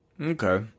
Okay